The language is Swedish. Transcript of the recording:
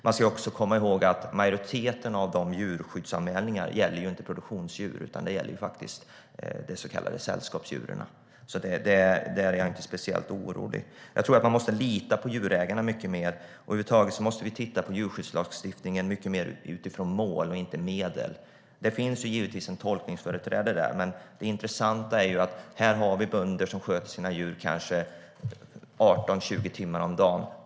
Man ska också komma ihåg att majoriteten av djurskyddsanmälningarna inte gäller produktionsdjur utan gäller de så kallade sällskapsdjuren. Där är jag alltså inte speciellt orolig. Jag tror att man måste lita på djurägarna mycket mer. Över huvud taget måste vi titta på djurskyddslagstiftningen mycket mer utifrån mål och inte medel. Det finns givetvis ett tolkningsföreträde där, men det intressanta är att här har vi bönder som sköter sina djur kanske 18-20 timmar om dagen.